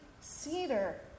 cedar